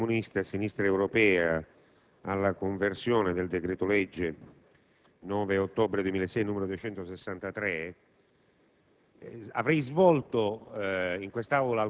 Questo è assolutamente ingiustificabile, come è ingiustificabile che la politica non abbia voluto identificare i responsabili.